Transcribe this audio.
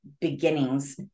beginnings